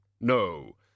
No